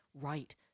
right